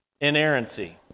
inerrancy